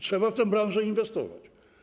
Trzeba w tę branżę inwestować.